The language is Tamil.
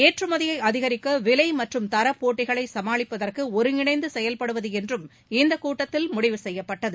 ஏற்றுமதியை அதிகரிக்க விலை மற்றும் தர போட்டிகளை சமாளிப்பதற்கு ஒருங்கிணைந்து செயல்படுவது என்றும் இந்த கூட்த்தில் முடிவு செய்யப்பட்டது